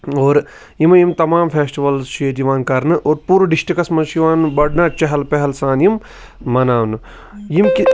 اور یِمے یِم تَمام فیٚسٹٕوَلٕز چھِ ییٚتہِ یِوان کَرنہٕ اور پوٗرٕ ڈِسٹکَس مَنٛز چھُ یِوان بَڑٕ نہَ چہل پہل سان یِم مَناونہٕ یِم